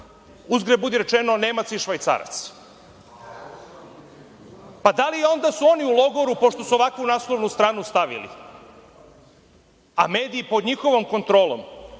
uzgred budi rečeno, Nemac i Švajcarac? Da li su onda oni u logoru pošto su ovakvu naslovnu stranu stavili? A mediji pod njihovom kontrolom